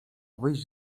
wyjść